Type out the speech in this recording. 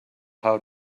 how